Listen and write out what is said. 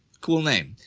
cool name.